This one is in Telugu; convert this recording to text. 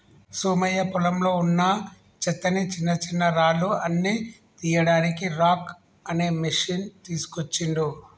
సోమయ్య పొలంలో వున్నా చెత్తని చిన్నచిన్నరాళ్లు అన్ని తీయడానికి రాక్ అనే మెషిన్ తీస్కోచిండు